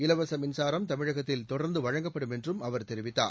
இலவச மின்சாரம் தமிழகத்தில் தொடர்ந்து வழங்கப்படும் என்றும் அவர் தெரிவித்தார்